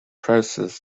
process